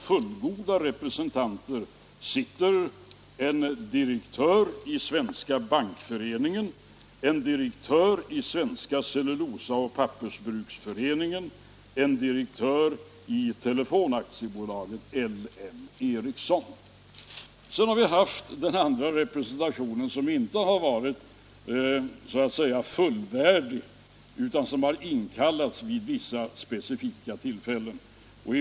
Fullgoda representanter utöver dessa är 11 maj 1977 en direktör i Svenska bankföreningen, en direktör i Svenska cellulosa= = och pappersbruksföreningen och en direktör i Telefon AB LM Ericsson. — Ändring i valutala Så har vi då de representanter som så att säga inte är fullvärdiga utan = gen, m.m. som har inkallats vid vissa speciella tillfällen.